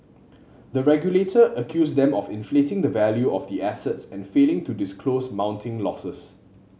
the regulator accused them of inflating the value of the assets and failing to disclose mounting losses